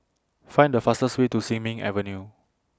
Find The fastest Way to Sin Ming Avenue